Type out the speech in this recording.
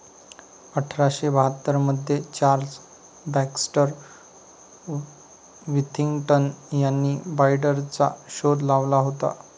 अठरा शे बाहत्तर मध्ये चार्ल्स बॅक्स्टर विथिंग्टन यांनी बाईंडरचा शोध लावला होता